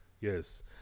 Yes